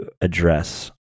address